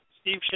Steve